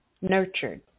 nurtured